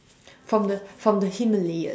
from the from the Himalayas